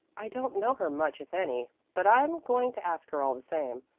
i don't know her much if any, but i'm going to ask her all the same,